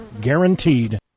Guaranteed